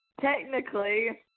Technically